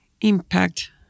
impact